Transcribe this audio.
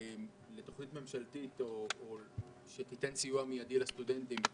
לתוכנית ממשלתית שתיתן סיוע מיידי לסטודנטים.